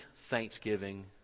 thanksgiving